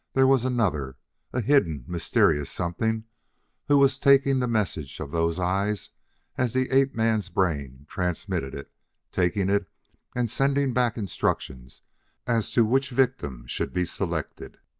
there was another a hidden, mysterious something who was taking the message of those eyes as the ape-man's brain transmitted it taking it and sending back instructions as to which victims should be selected.